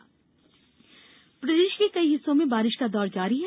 मौसम प्रदेश के कई हिस्सों में बारिश का दौर जारी है